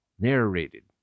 Narrated